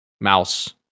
Mouse